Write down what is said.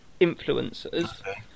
Influencers